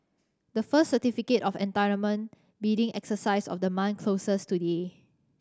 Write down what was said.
the first Certificate of Entitlement bidding exercise of the month closes today